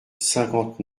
cinquante